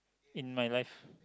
in my life